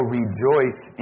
rejoice